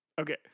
Okay